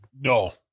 No